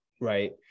Right